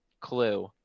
Clue